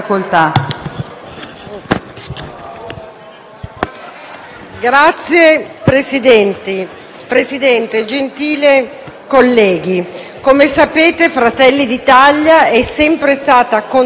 Signor Presidente, gentili colleghi, come sapete, Fratelli d'Italia è sempre stato contrario alle mozioni di sfiducia,